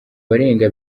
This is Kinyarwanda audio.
barenga